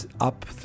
up